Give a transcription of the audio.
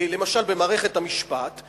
למשל, במערכת המשפט על